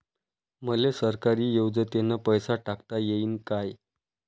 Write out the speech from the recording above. मले सरकारी योजतेन पैसा टाकता येईन काय?